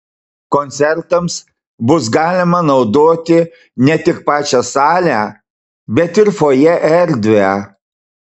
koncertams bus galima naudoti ne tik pačią salę bet ir fojė erdvę